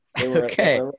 Okay